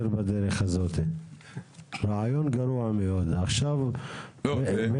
או הערת אזהרה